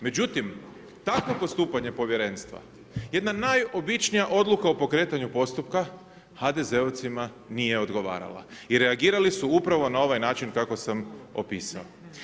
Međutim, takvo postupanje Povjerenstva jedna najobičnija odluka o pokretanju postupka HDZ-ovcima nije odgovarala i reagirali su upravo na ovaj način kako sam opisao.